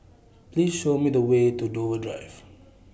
Please Show Me The Way to Dover Drive